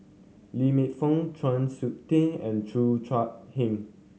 Lee Man Fong Chng Seok Tin and Cheo Chai Hiang